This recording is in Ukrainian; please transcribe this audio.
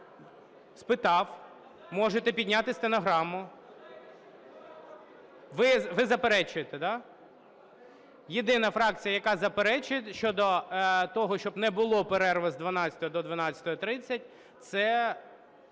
Спитав? Можете підняти стенограму. Ви заперечуєте, да? Єдина фракція, яка заперечує щодо того, щоб не було перерви з 12 до 12:30, це